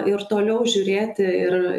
ir toliau žiūrėti ir